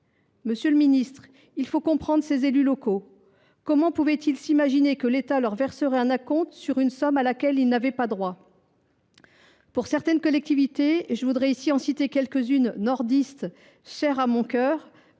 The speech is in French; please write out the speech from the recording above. pas le cas. Il faut comprendre ces élus locaux. Comment pouvaient ils s’imaginer que l’État leur verserait un acompte sur une somme à laquelle ils n’avaient pas droit ? Pour certaines collectivités – j’en citerai quelques unes, nordistes, chères à mon cœur